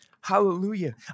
Hallelujah